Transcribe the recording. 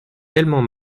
tellement